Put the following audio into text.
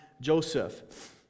Joseph